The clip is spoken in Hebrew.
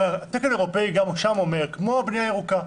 הרי התקן האירופאי גם שם אומר כמו בנייה ירוקה,